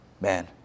man